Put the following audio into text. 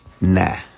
Nah